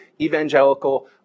evangelical